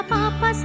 Papa